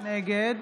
נגד